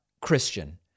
Christian